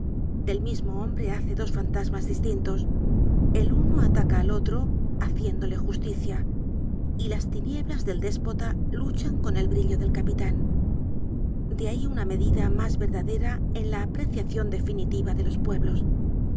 del mismo hombre hace dos fantasmas distintos el uno ataca al otro haciéndole justicia y las tinieblas del déspota luchan con el brillo del capitan de ahí una medida mas verdadera en la apreciacion definitiva de los pueblos